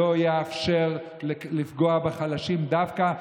נגד שלטון הרוע ולא יאפשר לפגוע בחלשים דווקא.